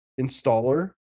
installer